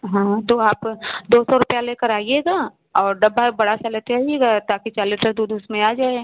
हाँ तो आप दो सौ रुपया लेकर आइएगा और डब्बा बड़ा सा लेते आइएगा ताकि चार लीटर दूध उसमें आ जाए